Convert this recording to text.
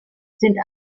sind